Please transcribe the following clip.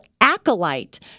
acolyte